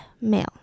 male